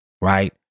right